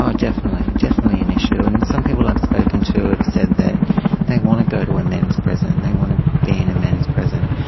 um definitely, definitely an issue. and and some people i've spoken to have said is that they want to go to a men's prison, they want to be in a men's prison,